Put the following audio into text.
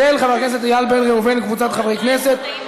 של חבר הכנסת איל בן ראובן וקבוצת חברי הכנסת.